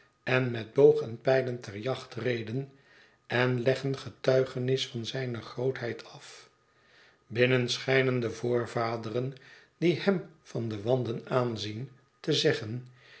en met boog en pijlen ter jacht reden en leggen getuigenis van zijne grootheid af binnen schijnen de voorvaderen die hem van de wanden aanzien té zeggen